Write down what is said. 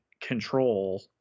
control